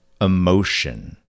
emotion